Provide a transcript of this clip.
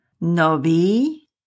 novi